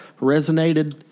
resonated